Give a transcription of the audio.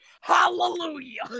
Hallelujah